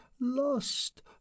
lost